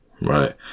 Right